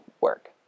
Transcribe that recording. work